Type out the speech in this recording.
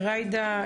בבקשה ג'ידא,